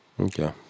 okay